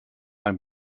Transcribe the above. ein